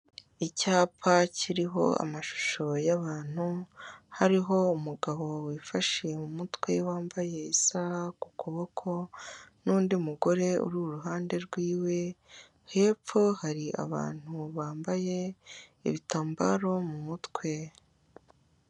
Icyapa kiriho amashusho y'abantu. Hariho umugabo wifashe mu mutwe wambaye isaha ku kuboko n'undi mugore uri iruhande rwiwe, hepfo hari abantu bambaye ibitambaro mu mutwe.